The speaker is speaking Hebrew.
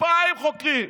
2,000 חוקרים.